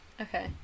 okay